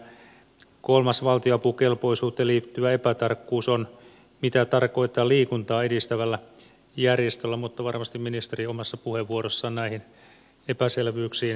kolmas valtionapukelpoisuuteen liittyvä epätarkkuus on mitä tarkoitetaan liikuntaa edistävällä järjestöllä mutta varmasti ministeri omassa puheenvuorossaan näihin epäselvyyksiin vastaa